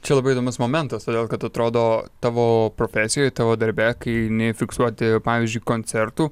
čia labai įdomus momentas todėl kad atrodo tavo profesijoj tavo darbe kai eini fiksuoti pavyzdžiui koncertų